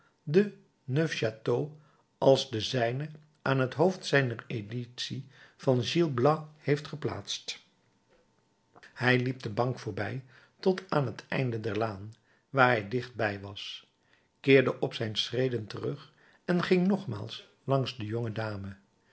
de neufchateau als de zijne aan het hoofd zijner éditie van gil blas heeft geplaatst hij liep de bank voorbij tot aan het einde der laan waar hij dicht bij was keerde op zijn schreden terug en ging nogmaals langs de